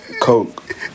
coke